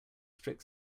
strict